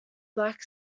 black